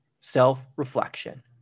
self-reflection